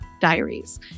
diaries